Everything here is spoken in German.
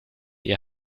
ihr